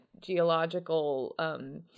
geological